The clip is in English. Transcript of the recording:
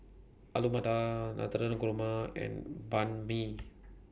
Alu Matar Navratan Korma and Banh MI